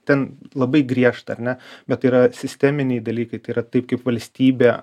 ten labai griežta ar ne bet tai yra sisteminiai dalykai yra taip kaip valstybė